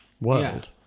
world